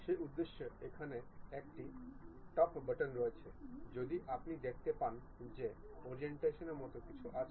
সেই উদ্দেশ্যে এখানে একটি টপ বাটন রয়েছে যদি আপনি দেখতে পান যে ওরিয়েন্টেশন এর মতো কিছু আছে